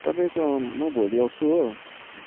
तपाईँको म भोलि आउँछु हो